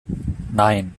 nine